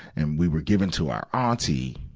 and we were given to our auntie,